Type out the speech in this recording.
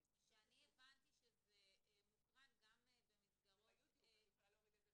שאני הבנתי שזה מוקרן גם במסגרות --- זה ביוטיוב.